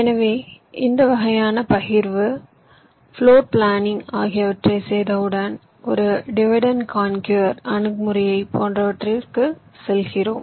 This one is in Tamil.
எனவே இந்த வகையான பகிர்வு பிளோர் பிளானிங் ஆகியவற்றைச் செய்தவுடன் ஒரு டிவைட் அண்ட் காண்க்யூர் அணுகுமுறை போன்றவற்றிற்கு செல்கிறோம்